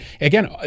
again